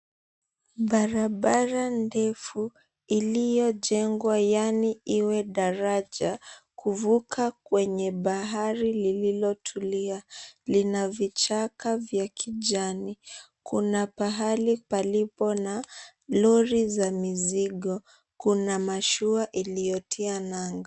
Barabara ndefu iliyojengwa, yaani iwe daraja kuvuka kwenye bahari lilotulia, lina vichaka vya kijani. Kuna pahali palipo na lori za mizigo. Kuna mashua iliyotia nanga.